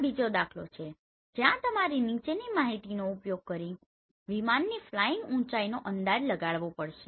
આ બીજો દાખલો છે જ્યાં તમારે નીચેની માહિતીનો ઉપયોગ કરીને વિમાનની ફ્લાઈંગ ઊચાઇનો અંદાજ લગાવવો પડશે